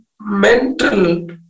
mental